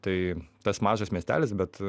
tai tas mažas miestelis bet